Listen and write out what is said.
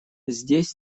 здесь